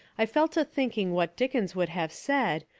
i fell to thinking what dickens would have said,